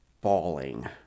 bawling